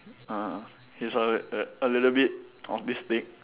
ah ah he's a a a little bit autistic